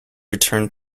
returned